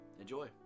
enjoy